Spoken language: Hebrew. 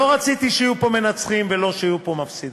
לא רציתי שיהיו פה מנצחים ולא שיהיו פה מפסידים,